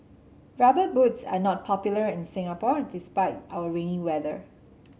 rubber boots are not popular in Singapore despite our rainy weather